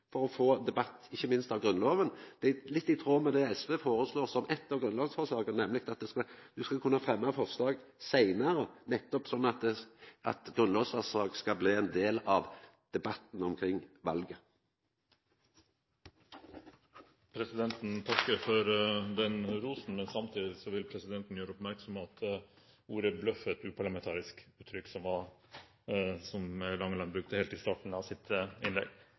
for å få debatt, ikkje minst om Grunnlova. Det er litt i tråd med det SV foreslår som eit av grunnlovsforslaga, nemleg at du skal kunna fremma forslag seinare, nettopp sånn at grunnlovsforslag skal bli ein del av debatten omkring valet. Presidenten takker for rosen, men samtidig vil presidenten gjøre oppmerksom på at ordet «bløff», som representanten Langeland brukte helt i starten av sitt innlegg,